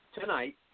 tonight